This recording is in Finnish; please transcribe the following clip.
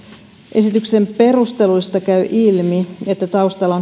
esityksen perusteluista käy ilmi että taustalla